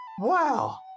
Wow